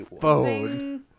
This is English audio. phone